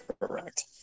correct